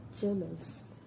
journals